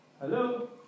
Hello